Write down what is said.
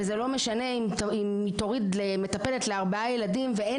ואם תוריד מטפלת לארבעה ילדים אבל עדיין אין